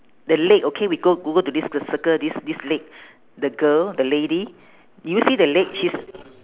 the leg okay we go over to this the circle this this leg the girl the lady did you see the leg she's